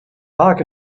park